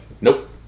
Nope